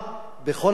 בכל הצער: